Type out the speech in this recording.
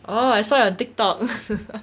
orh I saw your TikTok